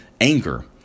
anger